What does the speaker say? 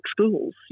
schools